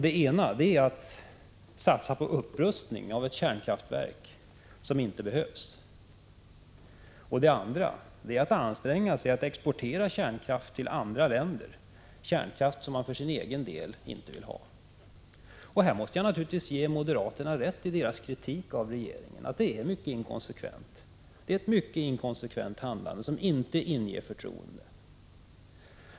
Den ena är att man inte skall satsa på upprustning av ett kärnkraftverk som inte behövs. Den andra är att man inte skall anstränga sig att exportera kärnkraft till andra länder — kärnkraft som man för egen del inte vill ha. Härvidlag måste jag naturligtvis ge moderaterna rätt i deras kritik av regeringen, att det rör sig om ett mycket inkonsekvent handlande, som inte inger förtroende.